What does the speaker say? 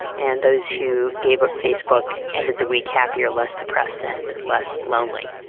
and those who gave up facebook ended the week happier, less depressed and less lonely.